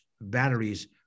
batteries